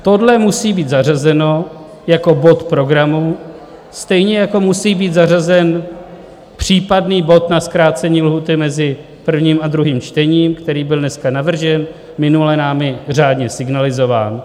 Tohle musí být zařazeno jako bod programu, stejně jako musí být zařazen případný bod na zkrácení lhůty mezi prvním a druhým čtením, který byl dneska navržen, minule námi řádně signalizován.